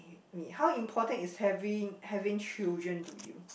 me how important is having having children to you